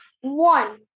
One